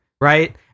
right